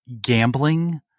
gambling